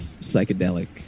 psychedelic